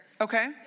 Okay